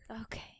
Okay